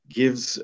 gives